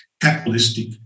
capitalistic